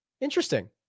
Interesting